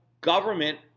government